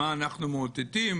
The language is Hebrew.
מה אנחנו מאותתים